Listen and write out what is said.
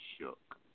shook